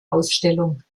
ausstellung